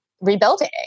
rebuilding